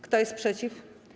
Kto jest przeciw?